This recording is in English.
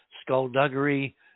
skullduggery